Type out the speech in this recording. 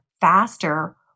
faster